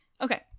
Okay